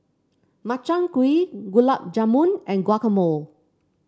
Makchang Gui Gulab Jamun and Guacamole